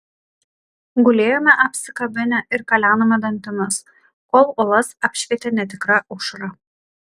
gulėjome apsikabinę ir kalenome dantimis kol uolas apšvietė netikra aušra